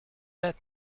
that